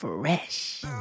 Fresh